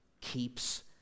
keeps